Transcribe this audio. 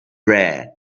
rare